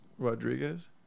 Rodriguez